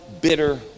bitter